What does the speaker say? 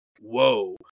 whoa